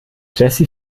jessy